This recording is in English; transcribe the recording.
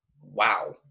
Wow